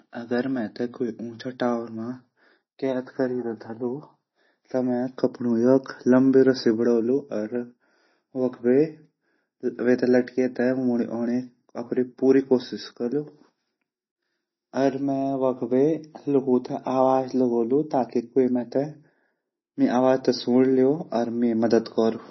अगर मेते क्वे ऊंचा टावर मा कैद करि ते धलु ता मैं कपड़ो योक लम्बी रस्सी बडोलू अर वख बे वेते लटके ते मूडी औंडे अपरी पूरी कोशिश करलु अर मैं वख बे ल्वॉकु ते आवाज लगोलू ताकि क्वे मे आवाज ते सुण ल्यौ अर मेरी मदद कोरु।